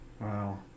Wow